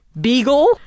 Beagle